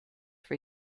for